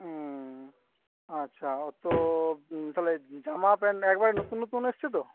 হুম আচ্ছা অত তাহলে জামা প্যান্ট একবারে নতুন নতুন এসেছে তো